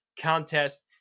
Contest